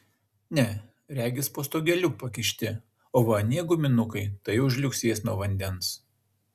ne regis po stogeliu pakišti o va anie guminukai tai jau žliugsės nuo vandens